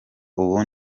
ubu